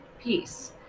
peace